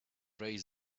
raise